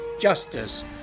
Justice